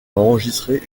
enregistré